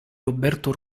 roberto